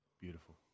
beautiful